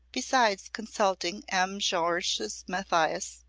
besides consulting m. georges mathias,